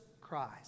Christ